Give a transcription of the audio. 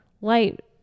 light